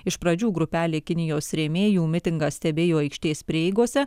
iš pradžių grupelė kinijos rėmėjų mitingą stebėjo aikštės prieigose